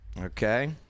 Okay